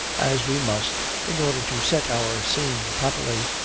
as we must, in order to set our scene properly,